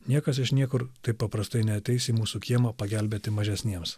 niekas iš niekur taip paprastai neateis į mūsų kiemą pagelbėti mažesniems